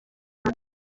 hasi